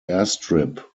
airstrip